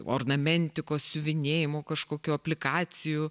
ornamentikos siuvinėjimų kažkokių aplikacijų